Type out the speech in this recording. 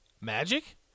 Magic